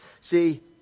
See